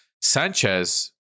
Sanchez